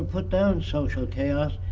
put down social chaos,